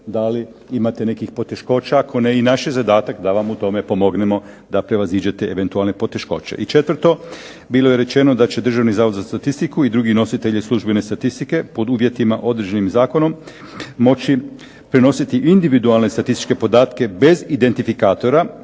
da li imate nekih poteškoća? Ako ne, i naš je zadatak da vam u tome pomognemo da prevaziđete eventualne poteškoće. I Četvrto, bilo je rečeno da će Državni zavod za statistiku i drugi nositelji službene statistike pod uvjetima određenim Zakonom moći prinositi individualne statističke podatke bez identifikatora